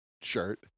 shirt